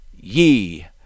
ye